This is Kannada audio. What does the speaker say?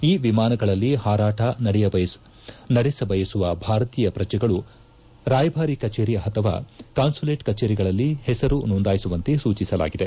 ಈ ವಿಮಾನಗಳಲ್ಲಿ ಹಾರಾಟ ನಡೆಸಬಯಸುವ ಭಾರತೀಯ ಪ್ರಜೆಗಳು ರಾಯಭಾರಿ ಕಚೇರಿ ಅಥವಾ ಕಾನ್ನಲೇಟ್ ಕಚೇರಿಗಳಲ್ಲಿ ಹೆಸರು ನೋಂದಾಯಿಸುವಂತೆ ಸೂಚಿಸಲಾಗಿದೆ